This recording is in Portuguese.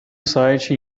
site